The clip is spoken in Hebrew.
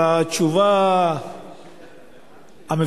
על התשובה המפורטת,